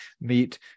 meet